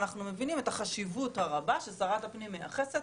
אנחנו מבינים את החשיבות הרבה ששרת הפנים מייחסת